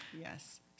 Yes